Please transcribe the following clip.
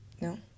No